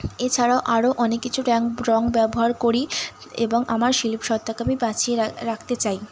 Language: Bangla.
এছাড়াও আরও অনেক কিছু রং ব্যবহার করি এবং আমার শিল্প সত্ত্বাকে আমি বাঁচিয়ে রাখতে চাই